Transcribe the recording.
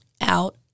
out